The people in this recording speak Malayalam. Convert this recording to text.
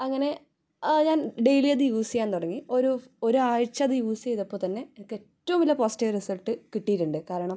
അങ്ങനെ ഞാൻ ഡെയിലി അത് യൂസ് ചെയ്യാൻ തുടങ്ങി ഒരു ഒരാഴ്ച് അത് യൂസ് ചെയ്തപ്പം തന്നെ എനിക്ക് ഏറ്റവും വലിയ പോസിറ്റീവ് റിസൾട്ട് കിട്ടിയിട്ടുണ്ട് കാരണം